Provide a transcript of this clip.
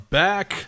back